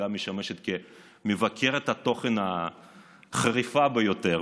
וגם משמשת מבקרת התוכן החריפה ביותר,